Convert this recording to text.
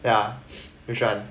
ya which one